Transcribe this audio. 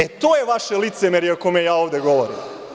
E, to je vaše licemerje o kome ja ovde govorim.